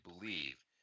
believe